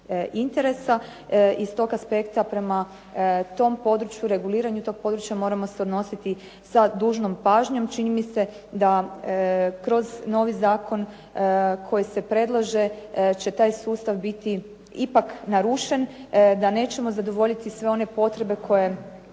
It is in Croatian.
interesa. Iz tog aspekta prema tom području, reguliranju tog područja moramo se odnositi sa dužnom pažnjom. Čini mi se da kroz novi zakon koji se predlaže će taj sustav biti ipak narušen, da nećemo zadovoljiti sve one potrebe koje